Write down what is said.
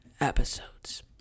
episodes